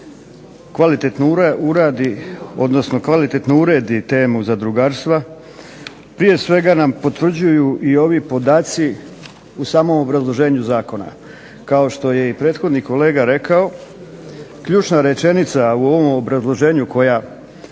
kvalitetno uredi temu zadrugarstva prije svega nam potvrđuju i ovi podaci u samom obrazloženju zakona. Kao što je i prethodni kolega rekao ključna rečenica u ovom obrazloženju koja